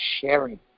sharing